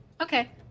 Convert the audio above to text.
Okay